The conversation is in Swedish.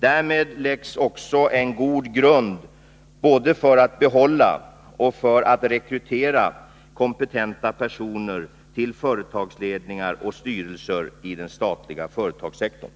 Därmed läggs också en god grund både för att behålla och för att rekrytera kompetenta personer till företagsledningar och styrelser i den statliga företagssektorn.